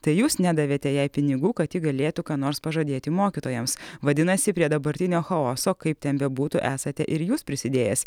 tai jūs nedavėte jai pinigų kad ji galėtų ką nors pažadėti mokytojams vadinasi prie dabartinio chaoso kaip ten bebūtų esate ir jūs prisidėjęs